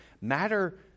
matter